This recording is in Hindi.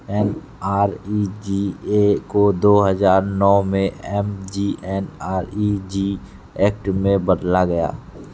एन.आर.ई.जी.ए को दो हजार नौ में एम.जी.एन.आर.इ.जी एक्ट में बदला गया